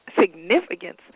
significance